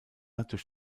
durch